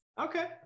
Okay